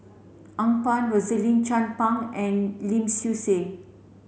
Phang Rosaline Chan Pang and Lim Swee Say